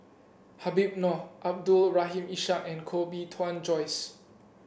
Habib Noh Abdul Rahim Ishak and Koh Bee Tuan Joyce